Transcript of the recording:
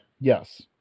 Yes